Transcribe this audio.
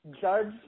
judge